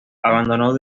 abandonó